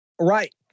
Right